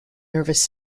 nervous